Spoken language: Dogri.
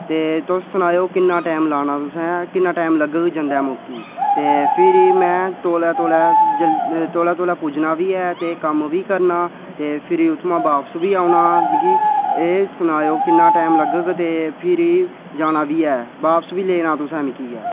तुस सनाएओ किन्ना टैम लाना तुसें किन्ना टैम लगग जंदे मौकै ते फिरी में तौले तौले तौले तौले पुज्जना बी है कम्म बी करना ते फिरी उत्थुआां मिगी एह् सनाएओ किन्ना टाइम लग्गग ते फिरी जाना बी है बापस बी लैना मिकी तुसे गै